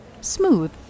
Smooth